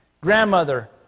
Grandmother